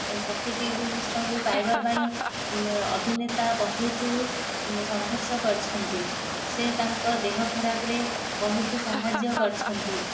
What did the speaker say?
ପ୍ରକୃତି ମିଶ୍ରଙ୍କୁ ପାଇବା ପାଇଁ ଅଭିନେତା ବହୁତ ସଂଘର୍ଷ କରିଛନ୍ତି ସେ ତାଙ୍କ ଦେହ ଖରାପରେ ବହୁତ ସାହାଯ୍ୟ କରିଛନ୍ତି